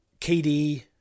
KD